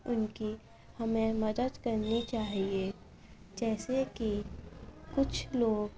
ان کی ہمیں مدد کرنی چاہیے جیسے کہ کچھ لوگ